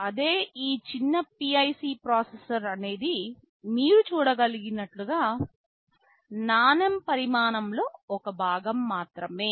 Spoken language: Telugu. అదే ఈ చిన్న PIC ప్రాసెసర్ అనేది మీరు చూడగలిగినట్లుగా నాణెం పరిమాణంలో ఒక భాగం మాత్రమే